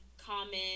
comment